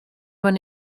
when